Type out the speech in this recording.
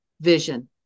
vision